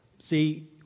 See